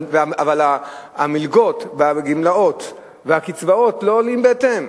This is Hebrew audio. אבל המלגות והגמלאות והקצבאות לא עולות בהתאם,